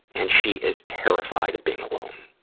and she is terrified of being alone.